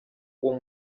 uwo